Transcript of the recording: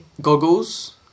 goggles